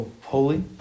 holy